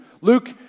Luke